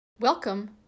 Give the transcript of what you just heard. Welcome